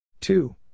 Two